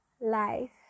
life